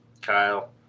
Kyle